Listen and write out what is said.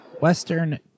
Western